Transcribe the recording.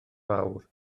fawr